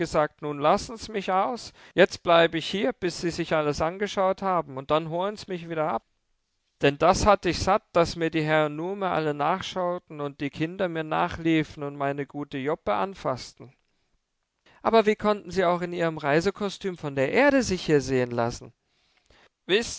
nun lassens mich aus jetzt bleib ich hier bis sie sich alles angeschaut haben und dann holens mich wieder ab denn das hatt ich satt daß mir die herren nume alle nachschauten und die kinder mir nachliefen und meine gute joppe anfaßten aber wie konnten sie auch in ihrem reisekostüm von der erde sich hier sehen lassen